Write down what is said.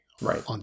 right